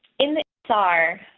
in its are.